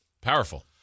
Powerful